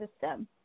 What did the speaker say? system